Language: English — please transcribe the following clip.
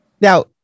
Now